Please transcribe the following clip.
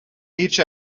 each